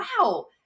wow